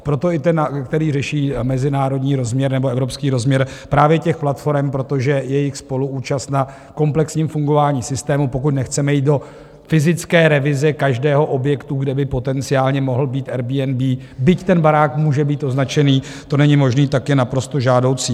Proto i návrh, který řeší mezinárodní rozměr nebo evropský rozměr právě těch platforem, protože jejich spoluúčast na komplexním fungování systému, pokud nechceme jít do fyzické revize každého objektu, kde by potenciálně mohl být Airbnb, byť ten barák může být označený, to není možné, je naprosto žádoucí.